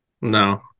No